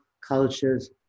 cultures